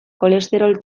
kolesterol